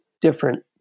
different